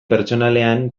pertsonalean